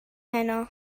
heno